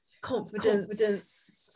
confidence